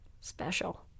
special